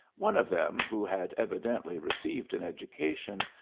one of them, who had evidently received an education,